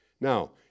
Now